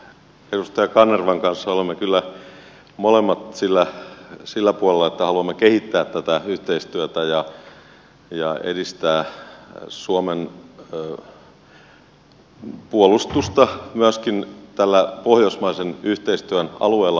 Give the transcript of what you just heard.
edustaja kanervan kanssa olemme kyllä molemmat sillä puolella että haluamme kehittää tätä yhteistyötä ja edistää suomen puolustusta myöskin tällä pohjoismaisen yhteistyön alueella